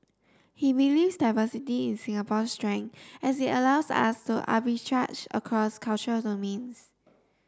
he believes diversity is Singapore's strength as it allows us to arbitrage across cultural domains